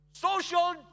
Social